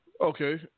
Okay